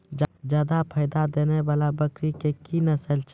जादा फायदा देने वाले बकरी की नसले?